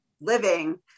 living